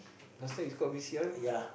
last time is called v_c_r